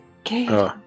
Okay